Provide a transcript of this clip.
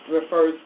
refers